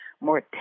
more